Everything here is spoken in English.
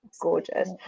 gorgeous